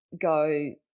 go